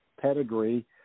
pedigree